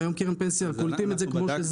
הרי היום בקרן פנסיה קולטים כמו שזה.